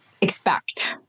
expect